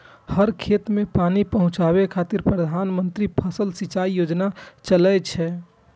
हर खेत कें पानि पहुंचाबै खातिर प्रधानमंत्री फसल सिंचाइ योजना चलै छै